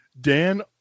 Dan